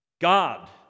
God